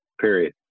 period